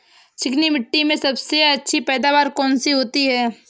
चिकनी मिट्टी में सबसे अच्छी पैदावार कौन सी होती हैं?